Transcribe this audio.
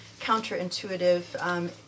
counterintuitive